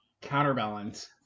counterbalance